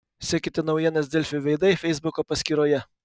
sekite naujienas delfi veidai feisbuko paskyroje